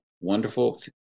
wonderful